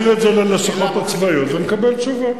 נעביר את זה ללשכות הצבאיות ונקבל תשובות.